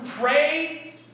Pray